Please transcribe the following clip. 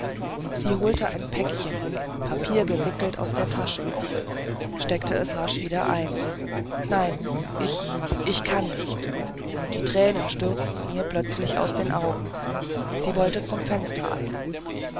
sie holte ein päckchen in papier gewickelt aus der tasche steckte es rasch wieder ein nein ich ich kann nicht die tränen stürzten ihr plötzlich aus den augen sie wollte zum fenster eilen